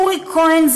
אורי כהן,